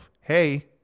hey